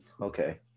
okay